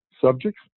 subjects